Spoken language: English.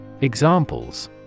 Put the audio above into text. Examples